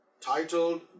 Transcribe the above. titled